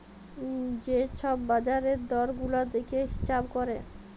যে ছব বাজারের দর গুলা দ্যাইখে হিঁছাব ক্যরে